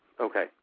Okay